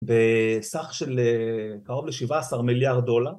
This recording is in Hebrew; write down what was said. בסך של קרוב ל-17 מיליארד דולר